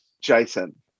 Jason